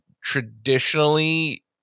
Traditionally